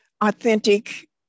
authentic